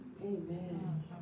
Amen